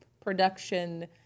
production